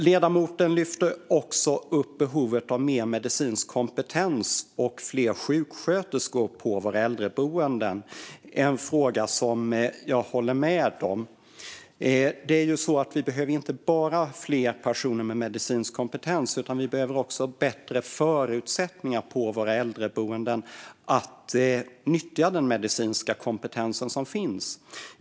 Ledamoten lyfter också upp behovet av mer medicinsk kompetens och fler sjuksköterskor på våra äldreboenden, och i den frågan håller jag med. Vi behöver inte bara fler personer med medicinsk kompetens, utan vi behöver också bättre förutsättningar på våra äldreboenden att nyttja den medicinska kompetens som finns.